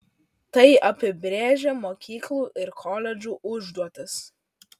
tai apibrėžia mokyklų ir koledžų užduotis